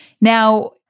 Now